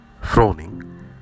frowning